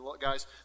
Guys